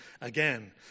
again